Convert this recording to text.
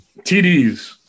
TDs